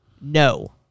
No